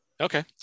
Okay